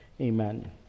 Amen